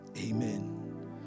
amen